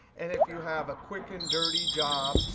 and if you have a quick and dirty job,